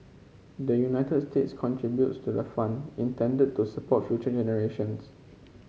the United States contributes to the fund intended to support future generations